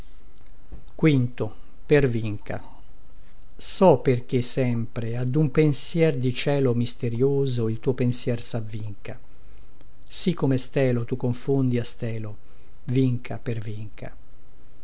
forse una sera so perché sempre ad un pensier di cielo misterïoso il tuo pensier savvinca sì come stelo tu confondi a stelo vinca pervinca